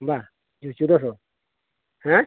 ᱵᱟᱝ ᱤᱭᱟᱹ ᱪᱳᱫᱽᱫᱚ ᱥᱚ ᱦᱮᱸ